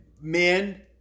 men